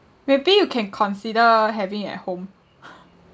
maybe you can consider having it at home